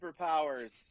superpowers